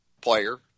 player